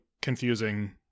confusing